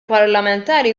parlamentari